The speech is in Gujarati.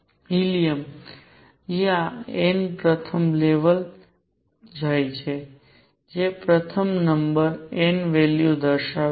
હિલિયમ જ્યાં n પ્રથમ લેવલ જાય છે તે પ્રથમ નંબર n વેલ્યુ દર્શાવે છે